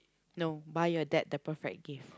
no buy your dad the perfect gift